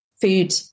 food